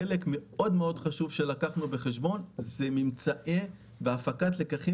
חלק מאוד חשוב שלקחנו בחשבון זה ממצאים והפקת לקחים